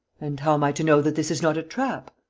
and how am i to know that this is not a trap?